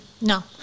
No